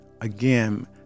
again